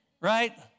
right